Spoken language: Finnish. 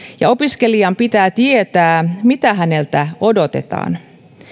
opiskelijan pitää tietää mitä häneltä odotetaan